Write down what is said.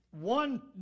one